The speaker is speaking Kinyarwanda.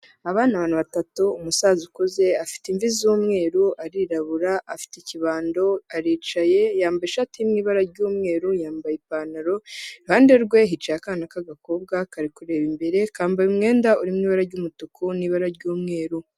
Aba ni abantu batatu umusaza ukuze afite imvi z'umweru arirabura, afite ikibando aricaye yambaye ishati iri mu ibara ry'umweru, yambaye ipantaro, iruhande rwe hicaye akana k'agakobwa kari kureba imbere, kambaye umwenda uri mu ibara ry'umutuku n'ibara ry'umweru.